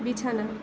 বিছানা